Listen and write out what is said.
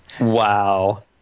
Wow